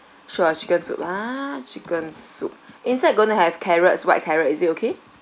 sure chicken soup ah chicken soup inside going to have carrots white carrot is it okay